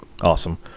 Awesome